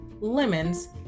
Lemons